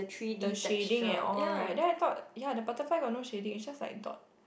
the shading and all right then I thought ya the butterfly has no shading just like dot